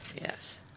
Yes